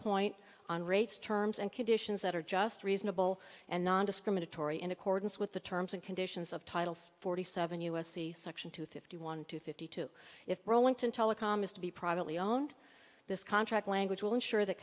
point on rates terms and conditions that are just reasonable and nondiscriminatory in accordance with the terms and conditions of titles forty seven u s c section two fifty one two fifty two if rowling to telecom is to be privately owned this contract language will ensure that